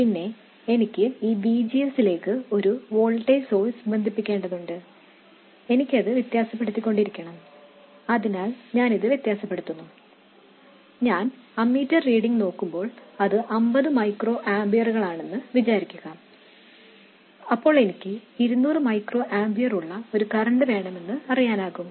പിന്നെ എനിക്ക് ഈ VGS ലേക്ക് ഒരു വോൾട്ടേജ് സോഴ്സ് ബന്ധിപ്പിക്കേണ്ടതുണ്ട്എനിക്കത് വ്യത്യാസപ്പെടുത്തിക്കൊണ്ടിരിക്കണം അതിനാൽ ഞാൻ ഇത് വ്യത്യാസപ്പെടുത്തുന്നു ഞാൻ അമീറ്റർ റീഡിംഗ് നോക്കുമ്പോൾ അത് അമ്പത് മൈക്രോ ആമ്പിയറുകളാണെന്ന് വിചാരിക്കുക അപ്പോൾ എനിക്ക് 200 മൈക്രോ ആമ്പിയർ ഉള്ള ഒരു കറന്റ് വേണമെന്ന് അറിയാനാകും